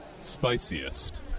spiciest